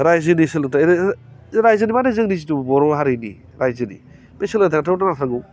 रायजोनि सोलोंथाय जों रायजोनि मानि जोंनि जिथु बर' हारिनि रायजोनि बे सोलोंथायाथ' थांना थानांगोन